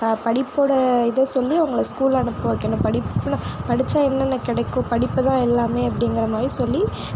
படிப்போட இதை சொல்லி அவங்கள ஸ்கூல் அனுப்ப வைக்கிணும் படிப்பில் படிச்சா என்னென்ன கிடைக்கும் படிப்பு தான் எல்லாமே அப்படிங்குற மாதிரி சொல்லி